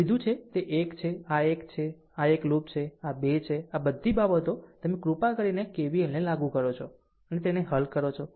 લીધું છે તે એક છે આ એક છે આ એક લૂપ છે આ 2 છે અને આ બધી બાબતો તમે કૃપા કરીને K V L ને લાગુ કરો અને તેને હલ કરો